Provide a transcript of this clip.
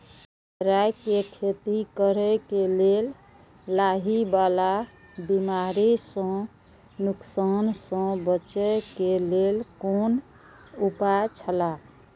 राय के खेती करे के लेल लाहि वाला बिमारी स नुकसान स बचे के लेल कोन उपाय छला?